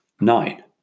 Nine